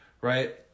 right